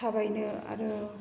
थाबायनो आरो